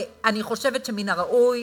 אני חושבת שמן הראוי